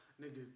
Nigga